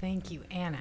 thank you and